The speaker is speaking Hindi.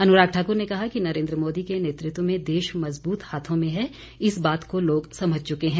अनुराग ठाकुर ने कहा कि नरेन्द्र मोदी के नेतृत्व में देश मज़बूत हाथों में है इस बात को लोग समझ चुके हैं